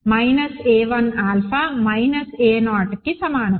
a1 alpha a 0కి సమానం